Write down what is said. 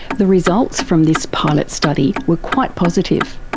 the results from this pilot study were quite positive.